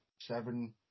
Seven